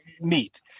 meet